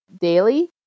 daily